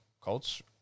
Colts